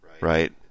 right